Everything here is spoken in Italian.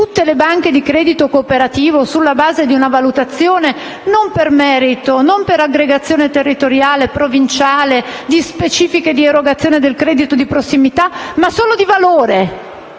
tutte le banche di credito cooperativo sulla base di una valutazione non per merito, non per aggregazione territoriale, provinciale, di specifiche di erogazione del credito di prossimità, ma solo per valore.